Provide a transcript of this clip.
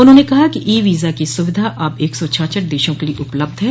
उन्होंने कहा कि ई वीजा की सुविधा अब एक सौ छाछठ देशों के लिये उपलब्ध है